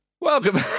Welcome